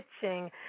pitching